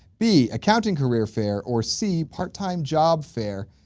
b accounting career fair or c, part-time job fair?